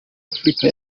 africa